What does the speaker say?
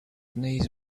knees